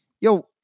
yo